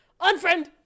unfriend